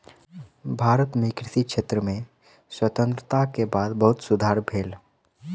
भारत मे कृषि क्षेत्र में स्वतंत्रता के बाद बहुत सुधार भेल